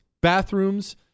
bathrooms